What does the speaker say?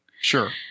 Sure